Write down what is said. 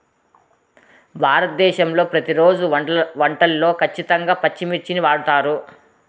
భారతదేశంలో ప్రతిరోజు వంటల్లో ఖచ్చితంగా పచ్చిమిర్చిని వాడుతారు